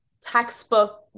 textbook